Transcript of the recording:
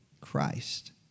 Christ